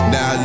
Now